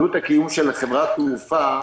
עלות הקיום של חברת תעופה,